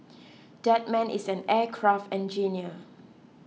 that man is an aircraft engineer